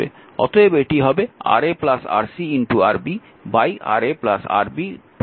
অতএব এটি হবে Ra Rc Rb Ra Rb Rc